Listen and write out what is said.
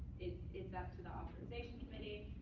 it is up to the authorization committee.